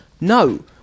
no